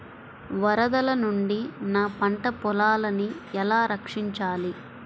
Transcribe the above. వరదల నుండి నా పంట పొలాలని ఎలా రక్షించాలి?